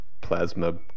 plasma